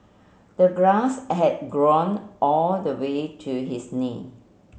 the grass had grown all the way to his knee